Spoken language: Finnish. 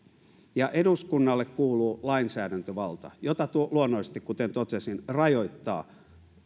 ja eduskunnalle kuuluu lainsäädäntövalta jota luonnollisesti kuten totesin rajoittaa